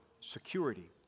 security